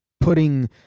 putting